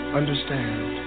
understand